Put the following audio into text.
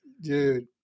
Dude